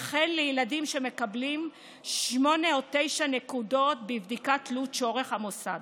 וכן לילדים שמקבלים 8 או 9 נקודות בבדיקת תלות שעורך המוסד,